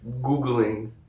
Googling